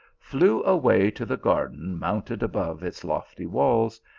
flew away to the garden, mounted above its lofty walls,